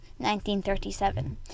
1937